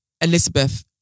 Elizabeth